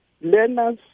learners